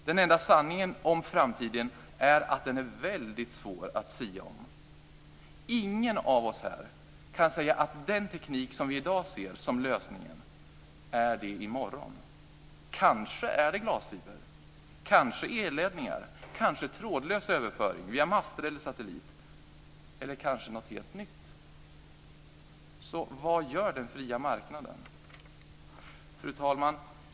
Den enda sanningen om framtiden är att den är väldigt svår att sia om. Ingen av oss här kan säga att den teknik som vi i dag ser som lösningen är lösningen i morgon. Kanske är det glasfiber, kanske elledningar, kanske trådlös överföring via master eller satellit eller kanske något helt nytt. Vad gör den fria marknaden? Fru talman!